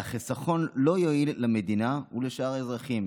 והחיסכון לא יועיל למדינה ולשאר האזרחים.